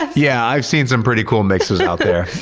ah yeah, i've seen some pretty cool mixes out there,